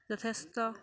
যথেষ্ট